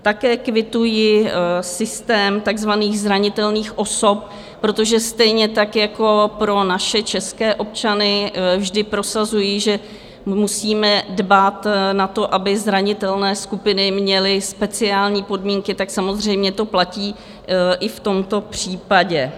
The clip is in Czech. Také kvituji systém takzvaných zranitelných osob, protože stejně tak jako pro naše české občany vždy prosazuji, že musíme dbát na to, aby zranitelné skupiny měly speciální podmínky, tak samozřejmě to platí i v tomto případě.